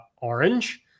Orange